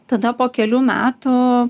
tada po kelių metų